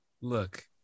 Look